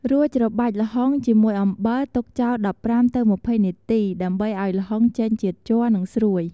រួចច្របាច់ល្ហុងជាមួយអំបិល ទុកចោល ១៥-២០ នាទី ដើម្បីឲ្យល្ហុងចេញជាតិជ័រ និងស្រួយ។